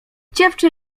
dziewczę